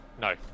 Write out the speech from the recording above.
no